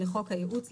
לחוק הייעוץ,